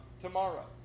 tomorrow